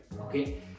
okay